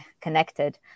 connected